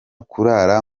kurara